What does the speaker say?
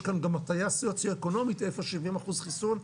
כאן גם הטעיה סוציו אקונומית היכן יש 70 אחוזים חיסון.